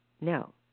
No